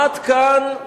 עד כאן,